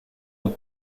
aux